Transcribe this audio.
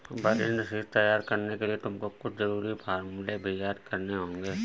balance sheet तैयार करने के लिए तुमको कुछ जरूरी फॉर्मूले भी याद करने होंगे